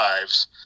lives